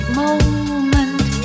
moment